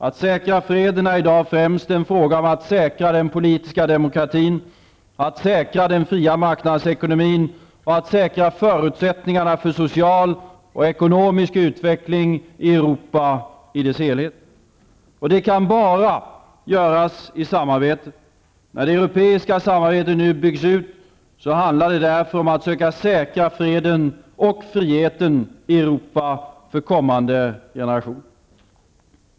Att säkra freden är i dag främst en fråga om att säkra den politiska demokratin, att säkra den fria marknadsekonomin och att säkra förutsättningarna för social och ekonomisk utveckling i Europa i dess helhet. Det kan bara göras i samarbete. När det europeiska samarbetet nu byggs ut, handlar det därför om att försöka säkra freden och friheten i Europa för kommande generationer.